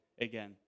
Again